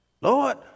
Lord